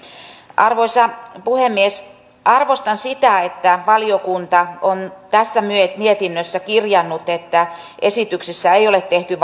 arvoisa puhemies arvostan sitä että valiokunta on tässä mietinnössä kirjannut että esityksessä ei ole tehty